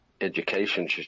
education